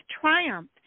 triumph